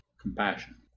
compassion